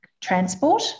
transport